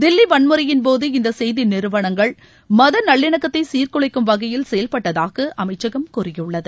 தில்லி வன்முறையின்போது இந்த செய்தி நிறுவனங்கள் மத நல்லிணக்கத்தை சீர்குலைக்கும் வகையில் செயல்பட்டதாக அமைச்சகம் கூறியுள்ளது